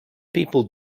people